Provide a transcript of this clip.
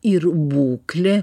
ir būklė